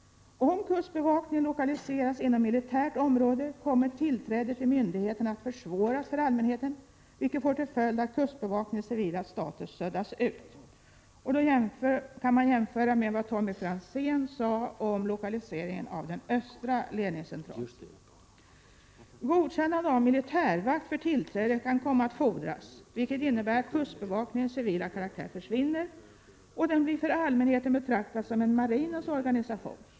Om kustbevakningen lokaliseras inom militärt område kommer tillträde till myndigheten att försvåras för allmänheten, vilket får till följd att kustbevakningens civila status suddas ut. Man kan i detta sammanhang jämföra med vad Tommy Franzén sade om lokaliseringen av den östra ledningscentralen. Godkännande av militärvakt för tillträde kommer att fordras, vilket innebär att kustbevakningens civila karaktär försvinner, och den blir för allmänheten betraktad som en marinens organisation.